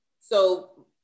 so-